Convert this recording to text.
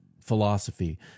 philosophy